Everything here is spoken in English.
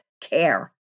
care